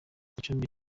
gicumbi